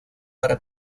para